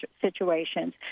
situations